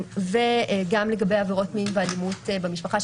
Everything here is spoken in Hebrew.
לגבי עבירות מין ואלימות במשפחה,